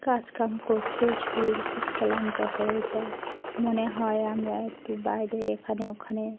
কাজকাম করতে শরীর খুব ক্লান্ত হয়ে যায় মনে হয় আমরা একটু বাইরে এখানে ওখানে